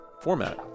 format